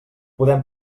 podem